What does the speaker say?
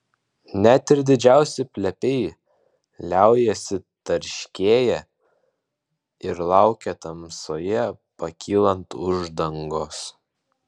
net ir didžiausi plepiai liaujasi tarškėję ir laukia tamsoje pakylant uždangos